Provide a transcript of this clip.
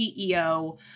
CEO